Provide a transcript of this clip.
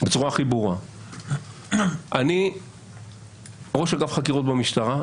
בצורה הכי ברורה, אני ראש אגף חקירות במשטרה.